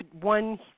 one